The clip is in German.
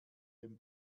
dem